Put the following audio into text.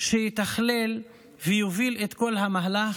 שיתכלל ויוביל את כל המהלך,